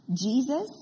Jesus